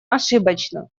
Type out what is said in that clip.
ошибочно